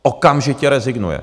Okamžitě rezignuje.